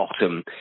bottom